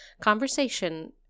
conversation